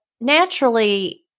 naturally